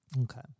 okay